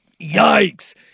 Yikes